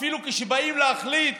אפילו כשבאים להחליט,